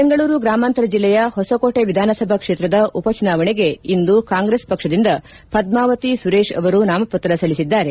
ಬೆಂಗಳೂರು ಗ್ರಮಾಂತರ ಜಿಲ್ಲೆಯ ಹೊಸಕೋಟೆ ವಿಧಾನಸಭಾ ಕ್ಷೇತ್ರದ ಉಪ ಚುನಾವಣೆಗೆ ಇಂದು ಕಾಂಗ್ರೆಸ್ ಪಕ್ಷದಿಂದ ಪದ್ಮಾವತಿ ಸುರೇಶ್ ಅವರು ನಾಮಪತ್ರ ಸಲ್ಲಿಸಿದ್ದಾರೆ